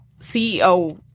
CEO